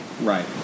Right